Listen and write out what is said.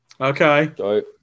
Okay